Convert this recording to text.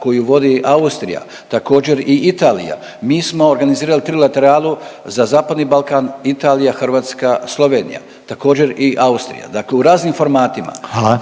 koju vodi Austrija, također i Italija. Mi smo organizirali trilateralu za zapadni Balkan, Italija, Hrvatska, Slovenija, također i Austrija. Dakle u raznim formatima. **Reiner, Željko (HDZ)** Hvala.